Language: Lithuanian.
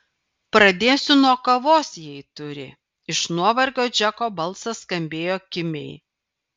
pradėsiu nuo kavos jei turi iš nuovargio džeko balsas skambėjo kimiai